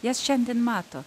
jas šiandien mato